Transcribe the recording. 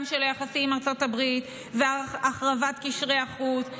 של היחסים עם ארצות הברית והחרבת קשרי החוץ,